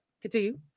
Continue